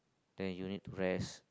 then you need to rest